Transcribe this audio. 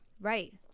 Right